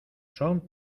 son